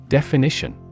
Definition